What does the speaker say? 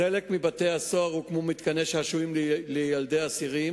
בחלק מבתי-הסוהר הוקמו מתקני שעשועים לילדי האסירים,